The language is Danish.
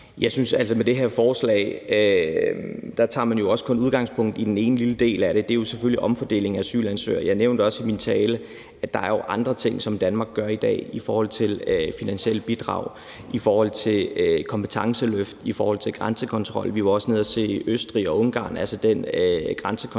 Rona (M): Med det her forslag tager man jo også kun udgangspunkt i den ene lille del af det, og det er selvfølgelig omfordeling af asylansøgere. Jeg nævnte også i min tale, at der jo er andre ting, som Danmark gør i dagi forhold til finansielle bidrag, i forhold til kompetenceløft og i forhold til grænsekontrol. Vi var også nede at se den grænsekontrol,